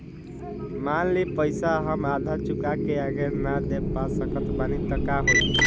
मान ली पईसा हम आधा चुका के आगे न दे पा सकत बानी त का होई?